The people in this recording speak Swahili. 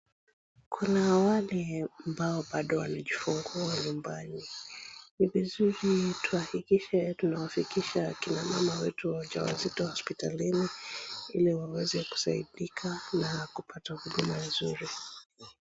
Kuna wale ambao bado wamejifungua nyumbani ni vizuri tuhakikishe tunawafikisha kina mama wetu wajawazito hospitalini ili waweze kusaidika na kupata huduma nzuri.